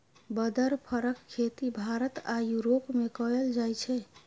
बदर फरक खेती भारत आ युरोप मे कएल जाइ छै